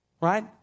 right